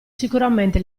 sicuramente